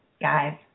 guys